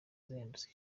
zihendutse